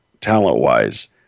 talent-wise